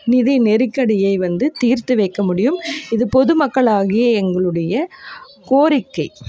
நிதி நெருக்கடியை வந்து தீர்த்து வைக்க முடியும் இது பொதுமக்களாகிய எங்களுடைய கோரிக்கை